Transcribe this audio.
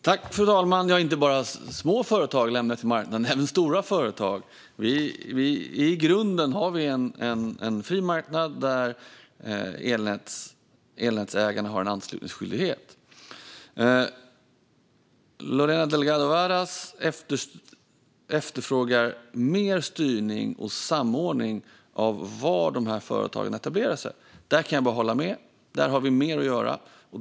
Fru talman! Inte bara små företag är lämnade till marknaden utan även stora företag. I grunden har vi en fri marknad där elnätsägarna har en anslutningsskyldighet. Lorena Delgado Varas efterfrågar mer styrning och samordning av var företagen etablerar sig. Där kan jag bara hålla med. Där har vi mer att göra.